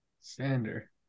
Sander